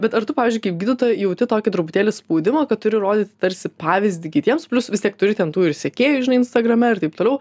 bet ar tu pavyzdžiui kaip gydytoja jauti tokį truputėlį spaudimą kad turi rodyti tarsi pavyzdį kitiems plius vis tiek turi ten tų ir sekėjų žinai instagrame ir taip toliau